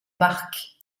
parc